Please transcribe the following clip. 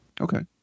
Okay